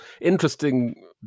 interesting